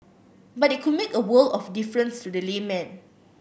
but it could make a world of difference to the layman